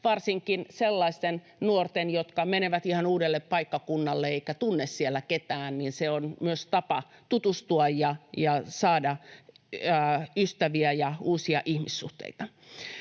Varsinkin sellaisille nuorille, jotka menevät ihan uudelle paikkakunnalle eivätkä tunne siellä ketään, se on myös tapa tutustua ja saada ystäviä ja uusia ihmissuhteita.